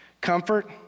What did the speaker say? Comfort